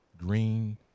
green